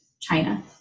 china